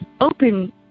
open